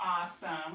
awesome